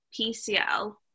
PCL